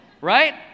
right